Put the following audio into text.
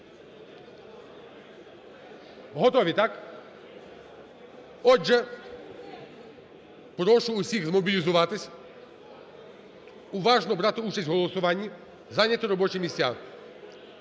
Готові, так? Отже, прошу усіх змобілізуватись, уважно брати участь в голосуванні, зайняти робочі місця.